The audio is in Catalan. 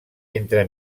entre